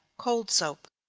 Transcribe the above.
cold soap.